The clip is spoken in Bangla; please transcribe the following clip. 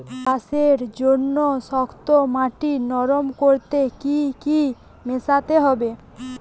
চাষের জন্য শক্ত মাটি নরম করতে কি কি মেশাতে হবে?